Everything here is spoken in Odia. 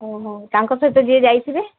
ଓହୋ ତାଙ୍କ ସହିତ ଯିଏ ଯାଇଥିବେ